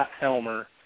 helmer